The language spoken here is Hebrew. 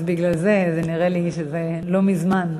בגלל זה נראה לי שזה לא מזמן.